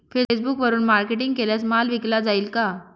फेसबुकवरुन मार्केटिंग केल्यास माल विकला जाईल का?